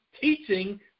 teaching